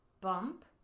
bump